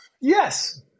Yes